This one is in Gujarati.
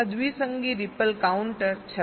આ દ્વિસંગી રિપલ કાઉન્ટર છે